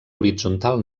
horitzontal